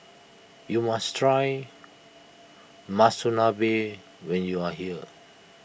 you must try Monsunabe when you are here